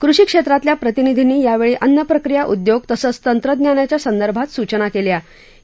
कृषी क्षम्प्तिल्या प्रतिनिधींनी यावर्षी अन्नप्रक्रिया उदयोग तसंच तंत्रज्ञानाच्या संदर्भात सूचना कव्व्या